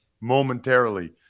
momentarily